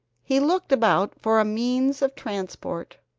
he looked about for a means of transport.